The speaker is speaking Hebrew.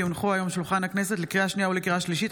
כי הונחו היום על שולחן הכנסת: לקריאה שנייה ולקריאה שלישית: